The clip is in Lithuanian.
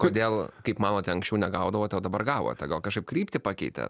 kodėl kaip manote anksčiau negaudavote o dabar gavote gal kažkaip kryptį pakeitėt